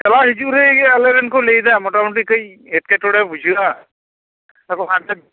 ᱪᱟᱞᱟ ᱦᱤᱡᱩ ᱨᱮ ᱟᱞᱮᱨᱮᱱ ᱠᱚ ᱞᱟᱹᱭ ᱮᱫᱟ ᱢᱚᱴᱟᱢᱩᱴᱤ ᱠᱟᱹᱡ ᱮᱸᱴᱠᱮᱴᱚᱲᱮ ᱵᱩᱡᱷᱟᱹᱜᱼᱟ